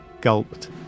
gulped